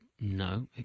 no